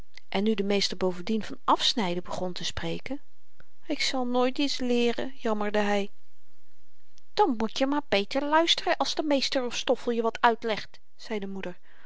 en nu de meester bovendien van afsnyden begon te spreken ik zal nooit iets leeren jammerde hy dan moet je maar beter luisteren als de meester of stoffel je wat uitlegt zei de moeder